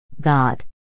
God